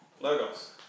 logos